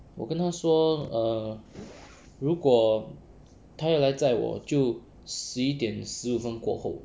我跟他说 err 如果他要来载我就十一点十五分过后